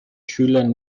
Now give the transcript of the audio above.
schülern